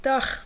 Dag